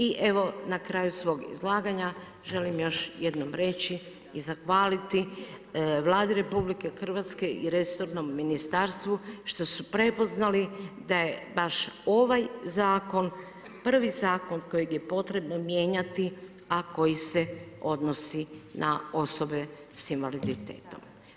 I evo, na kraju svog izlaganja, želim još jednom reći i zahvaliti Vladi RH i resornom ministarstvu što su prepoznali da je baš ovaj zakon prvi zakon kojeg je potrebno mijenjati a koji se odnosi na osobe sa invaliditetom.